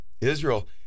Israel